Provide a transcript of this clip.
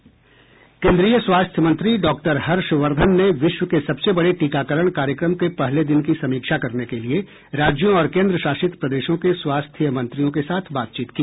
केन्द्रीय स्वास्थ्य मंत्री डॉक्टर हर्षवर्धन ने विश्व के सबसे बड़े टीकाकरण कार्यक्रम के पहले दिन की समीक्षा करने के लिए राज्यों और केंद्र शासित प्रदेशों के स्वास्थ्य मंत्रियों के साथ बातचीत की